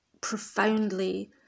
profoundly